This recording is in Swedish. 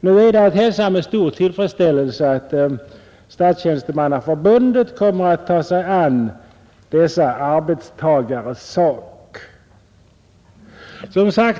Nu är det att hälsa med stor tillfredsställelse att Statstjänstemannaförbundet kommer att ta sig an dessa arbetstagares sak.